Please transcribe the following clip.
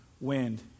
wind